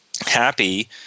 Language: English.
happy